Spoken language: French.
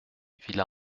villa